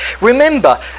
remember